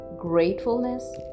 gratefulness